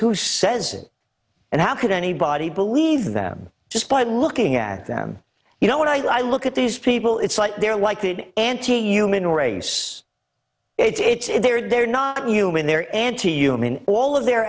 who says it and how could anybody believe them just by looking at them you know what i do i look at these people it's like they're like the anti human race it's they're they're not human they're anti you mean all of their